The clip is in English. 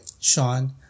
Sean